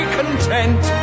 content